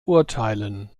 urteilen